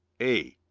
a,